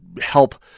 help